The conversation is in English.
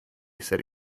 said